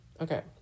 Okay